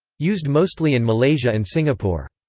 used mostly in malaysia and singapore.